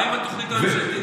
מה עם התוכנית הממשלתית?